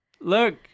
look